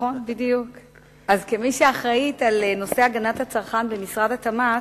סכום של 6 מיליוני שקלים ממשרד התעשייה,